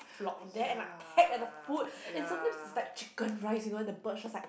flock there and like peck at the food and sometimes it's like chicken rice you know and the birds just like